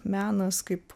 menas kaip